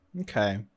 Okay